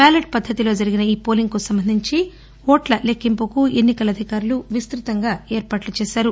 ballot పద్దతిలో జరిగిన ఈ పోలింగుకు సంబంధించి ఓట్ల లెక్కింపుకు ఎన్నికల అధికారులు విస్తుత ఏర్పాట్లు చేశారు